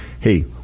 hey